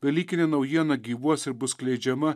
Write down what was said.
velykinė naujiena gyvuos ir bus skleidžiama